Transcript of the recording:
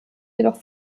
jedoch